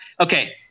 Okay